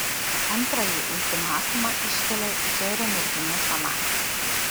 antrąjį ultimatumą iškelia džerio mergina samanta